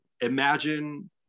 Imagine